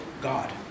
God